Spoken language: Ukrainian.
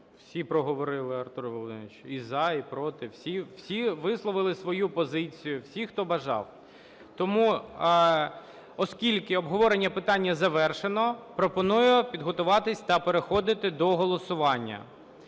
Всі проговорили, Артур Володимирович, і "за", і "проти", всі висловили свою позицію, всі, хто бажав. Тому, оскільки обговорення питання завершено, пропоную підготуватися та переходити до голосування.